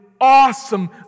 awesome